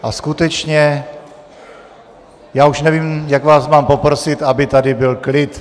A skutečně, já už nevím, jak vás mám poprosit, aby tady byl klid.